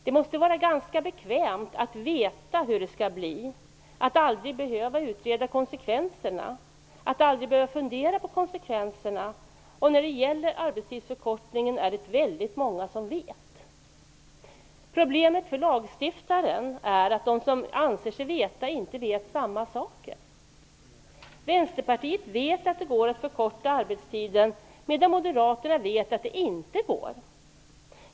Det måste vara bekvämt att veta hur det skall bli - att aldrig behöva utreda konsekvenserna, att aldrig behöva fundera på konsekvenserna. När det gäller arbetstidsförkortningen är det väldigt många som vet. Problemet för lagstiftaren är att de som anser sig veta inte vet samma saker. Vänsterpartiet vet att det går att förkorta arbetstiden, medan Moderaterna vet att det inte går.